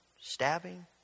stabbing